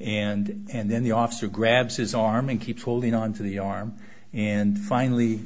and then the officer grabs his arm and keeps holding on to the arm and finally